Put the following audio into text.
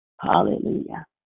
Hallelujah